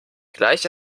gleich